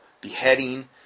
beheading